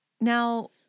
Now